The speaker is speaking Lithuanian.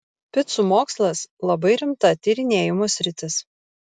picų mokslas labai rimta tyrinėjimo sritis